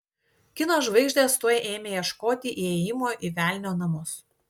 kino žvaigždės tuoj ėmė ieškoti įėjimo į velnio namus